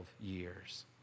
years